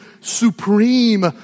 supreme